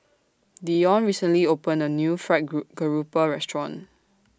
Dionne recently opened A New Fried Garoupa Restaurant